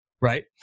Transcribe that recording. Right